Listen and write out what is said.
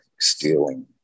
stealing